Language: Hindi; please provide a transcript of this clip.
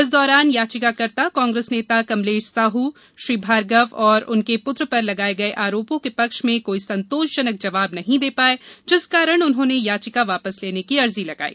इस दौरान याचिकाकर्ता कांग्रेस नेता कमलेश साहू श्री भार्गव और उनके पुत्र पर लगाए गये आरोपों के पक्ष में कोई संतोषजनक जवाब नहीं दे पाए जिस कारण उन्होंने यायिका वापस लेने की अर्जी लगाई